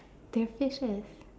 there are fishes